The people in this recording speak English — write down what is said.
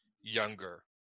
younger